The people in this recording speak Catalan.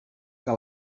que